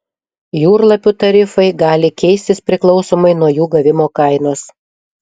jūrlapių tarifai gali keistis priklausomai nuo jų gavimo kainos